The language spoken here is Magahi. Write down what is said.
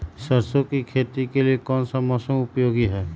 सरसो की खेती के लिए कौन सा मौसम उपयोगी है?